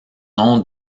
nom